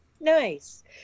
Nice